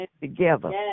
together